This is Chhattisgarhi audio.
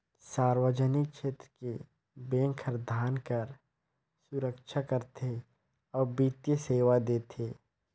सार्वजनिक छेत्र के बेंक हर धन कर सुरक्छा करथे अउ बित्तीय सेवा देथे